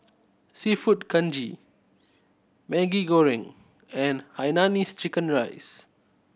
Seafood Congee Maggi Goreng and hainanese chicken rice